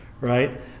Right